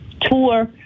tour